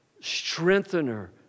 strengthener